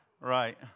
right